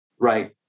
right